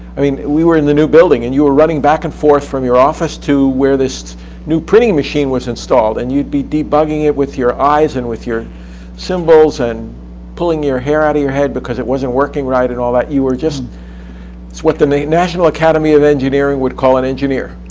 i mean we were in the new building and you were running back and forth from your office to where this new printing machine was installed. you'd be debugging it with your eyes and with your symbols and pulling your hair out of your head, because it wasn't working right, and all that. you were just what the national academy of engineering would call an engineer.